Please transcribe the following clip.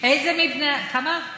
כמה?